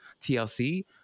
TLC